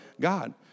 God